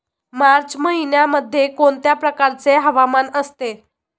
मार्च महिन्यामध्ये कोणत्या प्रकारचे हवामान असते?